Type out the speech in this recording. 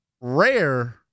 rare